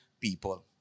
people